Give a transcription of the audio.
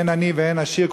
אין עני ואין עשיר,